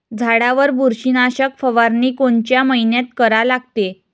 झाडावर बुरशीनाशक फवारनी कोनच्या मइन्यात करा लागते?